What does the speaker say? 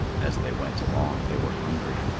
as they went along, they were hungry,